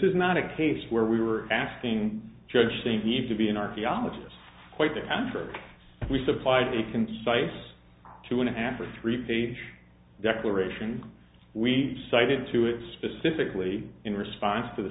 is not a case where we were asking judge think need to be an archaeologist quite the contrary we supplied a concise two and a half or three page declaration we cited to it specifically in response to the